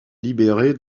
libéré